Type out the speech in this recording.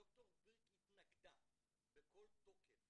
ד"ר בירק התנגדה בכל תוקף